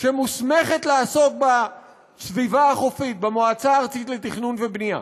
שמוסמכת לעסוק בסביבה החופית במועצה הארצית לתכנון ובנייה